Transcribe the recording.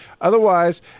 Otherwise